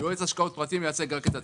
יועץ השקעות פרטי שמייצג רק את הציבור.